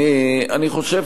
אני חושב,